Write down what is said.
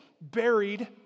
buried